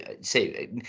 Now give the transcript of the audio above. say